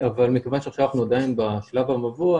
אבל מכיוון שעכשיו עדיין בשלב המבוא,